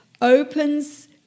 opens